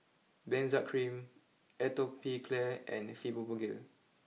Benzac cream Atopiclair and Fibogel